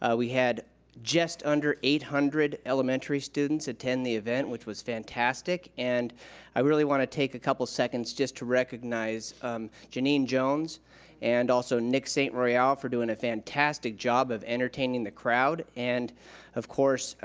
ah we had just under eight hundred elementary students attend the event, which was fantastic, and i really wanna take a couple seconds just to recognize janine jones and also nick saint-moreal for doing a fantastic job of entertaining the crowd and of course,